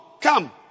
come